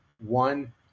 one